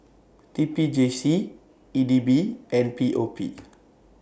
T P J C E D B and P O P